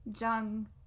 jung